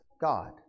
God